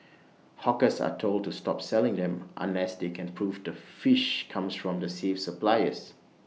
hawkers are told to stop selling them unless they can prove the fish comes from the safe suppliers